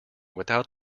without